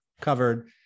covered